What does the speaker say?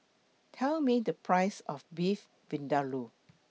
Tell Me The Price of Beef Vindaloo